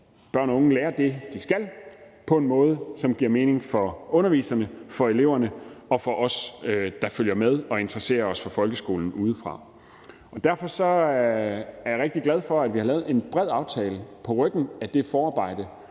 børn og unge lærer det, de skal, på en måde, som giver mening for underviserne, for eleverne og for os, der følger med og interesserer os for folkeskolen udefra. Derfor er jeg rigtig glad for, at vi har lavet en bred aftale på ryggen af det meget